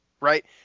right